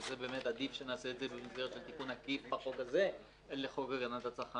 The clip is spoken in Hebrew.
ואכן עדיף שנעשה את זה במסגרת תיקון עקיף לחוק הגנת הצרכן